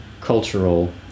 cultural